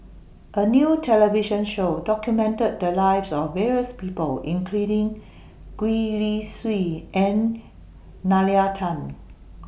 A New television Show documented The Lives of various People including Gwee Li Sui and Nalla Tan